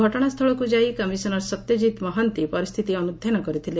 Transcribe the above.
ଘଟଣାସ୍ଚଳକୁ ଯାଇ କମିଶନର ସତ୍ୟଜିତ ମହାନ୍ତି ପରିସ୍ଥିତି ଅନୁଧ୍ୟାନ କରିଥିଲେ